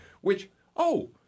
which—oh